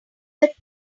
that